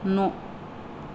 न'